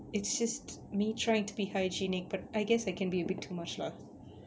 it's just me trying to be hygienic but I guess I can be a bit too much lah